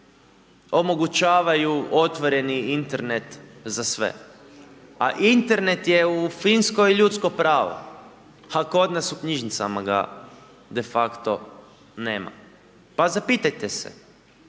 omogućavaju otvoreni Internet za sve, a Internet je u Finskoj ljudsko pravo, a kod nas u knjižnicama ga de facto nema. Pa zapitajte se